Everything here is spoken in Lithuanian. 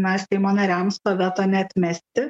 na seimo nariams veto neatmesti